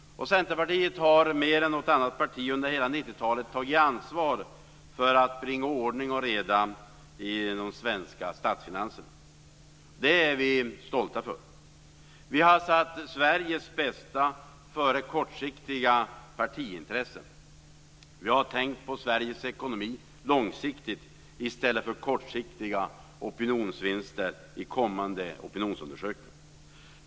Centerpartiet har mer än något annat parti under hela 90 talet tagit ansvar för att bringa ordning och reda i de svenska statsfinanserna. Det är vi stolta över. Vi har satt Sveriges bästa före kortsiktiga partiintressen. Vi har tänkt på Sveriges ekonomi långsiktigt i stället för på kortsiktiga opinionsvinster i kommande opinionsundersökningar.